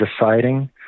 deciding